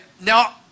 now